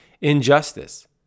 injustice